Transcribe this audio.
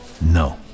No